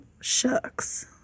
shucks